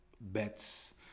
bets